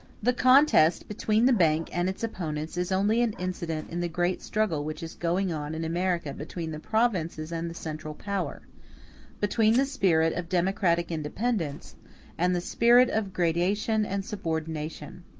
the contest between the bank and its opponents is only an incident in the great struggle which is going on in america between the provinces and the central power between the spirit of democratic independence and the spirit of gradation and subordination.